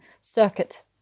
circuit